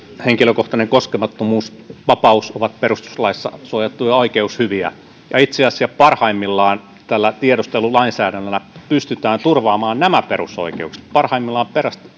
henkilökohtainen koskemattomuus vapaus ovat perustuslaissa suojattuja oikeushyviä ja itse asiassa parhaimmillaan tällä tiedustelulainsäädännöllä pystytään turvaamaan nämä perusoikeudet parhaimmillaan